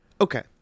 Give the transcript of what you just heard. okay